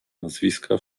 nazwiska